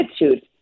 attitude